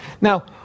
Now